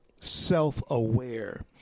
self-aware